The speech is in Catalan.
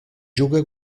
juga